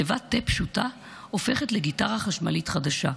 תיבת תה פשוטה הופכת לגיטרה חשמלית חדשה,